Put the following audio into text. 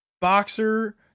boxer